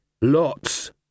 lots